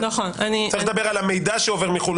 אז צריך לדבר על המידע שעובר מחו"ל,